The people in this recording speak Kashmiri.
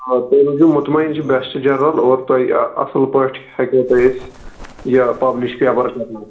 آ تُہۍ روٗزِو مُطمَعِن یہِ چھُ بیسٹہٕ جَرنل اور تۄہہِ اَصٕل پٲٹھۍ ہیٚکِو تۄہہِ أسۍ یہِ پَبلِش پیپَر کٔرِتھ